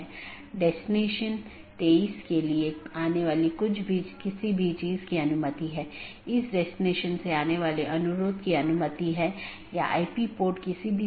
और BGP protocol के तहत एक BGP डिवाइस R6 को EBGP के माध्यम से BGP R1 से जुड़ा हुआ है वहीँ BGP R3 को BGP अपडेट किया गया है और ऐसा ही और आगे भी है